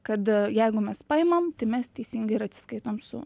kad jeigu mes paimam tai mes teisingai ir atsiskaitom su